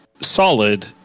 solid